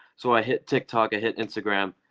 so i hit tik tok, i hit instagram.